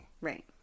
Right